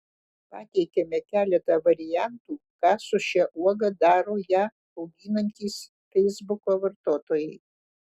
pateikiame keletą variantų ką su šia uoga daro ją auginantys feisbuko vartotojai